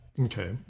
Okay